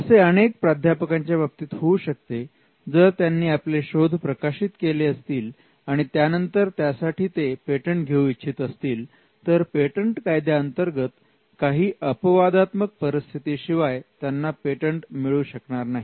असे अनेक प्राध्यापकांच्या बाबतीत होऊ शकते जर त्यांनी आपले शोध प्रकाशित केले असतील आणि त्यानंतर त्यासाठी ते पेटंट घेऊ इच्छित असतील तर पेटंट कायद्याअंतर्गत काही अपवादात्मक परिस्थिती शिवाय त्यांना पेटंट मिळू शकणार नाही